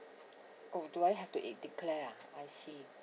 oh do I have to declare I see